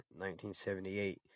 1978